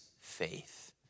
Faith